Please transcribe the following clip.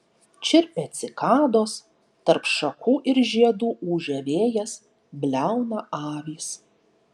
čirpia cikados tarp šakų ir žiedų ūžia vėjas bliauna avys